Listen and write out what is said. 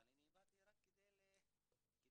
אני באתי רק כדי לתמוך.